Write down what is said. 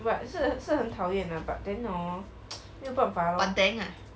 but 是是很讨厌 lah but then hor 没有办法